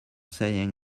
saying